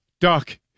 Doc